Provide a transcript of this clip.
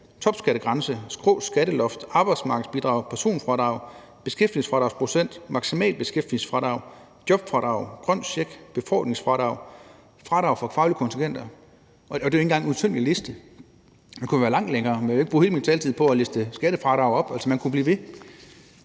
topskattegrænse, skråt skatteloft, arbejdsmarkedsbidrag, personfradrag, beskæftigelsesfradragsprocent, maksimalt beskæftigelsesfradrag, jobfradrag, grøn check, befordringsfradrag, fradrag for faglige kontingenter – og det er jo ikke engang en udtømmende liste. Den kunne være langt længere, men jeg vil ikke bruge hele min taletid på at liste skattefradrag op, for man kunne blive ved.